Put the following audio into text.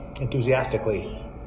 enthusiastically